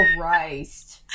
Christ